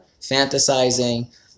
fantasizing